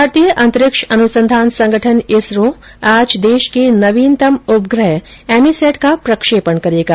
भारतीय अंतरिक्ष अनुसंधान संगठन इसरो आज देश के नवीनतम उपग्रह एमीसैट का प्रक्षेपण करेगा